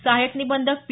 सहाय्यक निबंधक पी